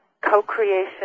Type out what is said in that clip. co-creation